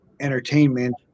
entertainment